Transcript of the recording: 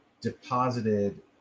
deposited